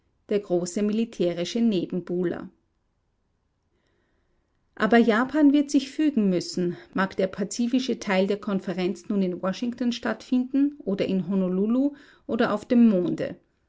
der große militärische nebenbuhler aber japan wird sich fügen müssen mag der pazifische teil der konferenz nun in washington stattfinden oder in honolulu oder auf dem monde